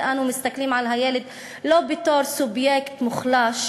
אנו מסתכלים על הילד לא בתור אובייקט מוחלש